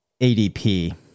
ADP